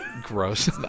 Gross